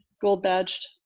gold-badged